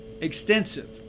extensive